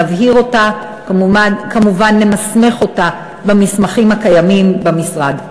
נבהיר אותה וכמובן נמסמך אותה במסמכים הקיימים במשרד.